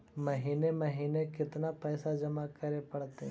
महिने महिने केतना पैसा जमा करे पड़तै?